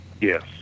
Yes